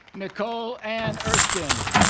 nicole ann erskine